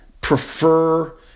prefer